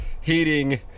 heating